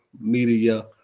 media